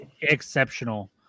exceptional